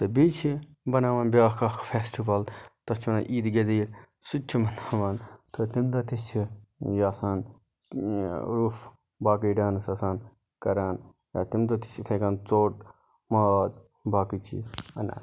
تہٕ بیٚیہِ چھِ بَناوان بیٛاکھ اکھ فیٚسٹِول تتھ چھِ وَنان عیٖدِ غدیٖر سُہ تہِ چھِ مَناوان تہٕ تَمہِ دۄہ تہِ چھِ یہِ آسان روٚف باقٕے ڈانس آسان کَران تَمہِ دۄہ تہِ چھِ یِتھٕے کٔنۍ ژوٚٹ ماز باقٕے چیٖز اَنان